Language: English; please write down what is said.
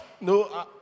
no